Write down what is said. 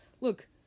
Look